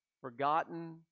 forgotten